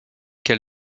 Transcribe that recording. quel